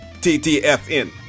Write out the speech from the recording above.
TTFN